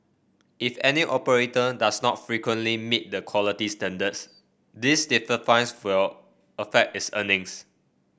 if any operator does not frequently meet the quality standards these stiffer fines fill affect its earnings